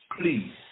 Please